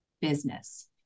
business